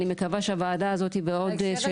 אני מקווה שבוועדה הזו ובעוד דיונים